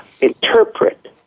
interpret